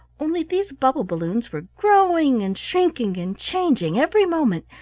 only these bubble-balloons were growing and shrinking and changing every moment,